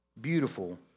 beautiful